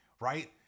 right